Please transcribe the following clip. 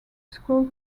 school